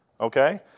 Okay